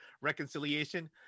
reconciliation